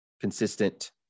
consistent